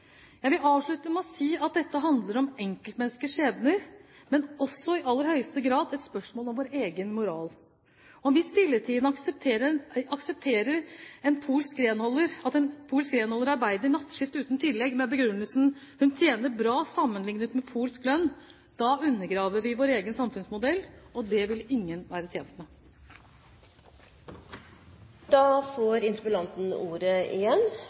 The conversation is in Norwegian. Jeg vil avslutte med å si at dette handler om enkeltmenneskers skjebner, men det er også i aller høyeste grad et spørsmål om vår egen moral. Om vi stilltiende aksepterer at en polsk renholder arbeider nattskift uten tillegg, med begrunnelsen «hun tjener bra sammenlignet med polsk lønn», da undergraver vi vår egen samfunnsmodell, og det vil ingen være tjent med.